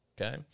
okay